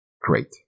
great